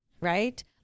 Right